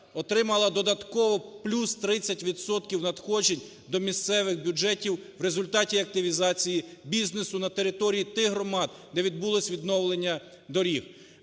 отримала додатково плюс 30 відсотків надходжень до місцевих бюджетів в результаті активізації бізнесу на території тих громад, де відбулось відновлення доріг.